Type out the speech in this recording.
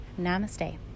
Namaste